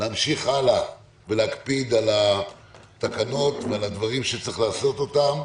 להמשיך הלאה ולהקפיד על התקנות ועל הדברים שצריך לעשות,